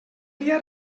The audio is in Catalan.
dia